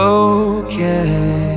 okay